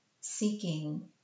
seeking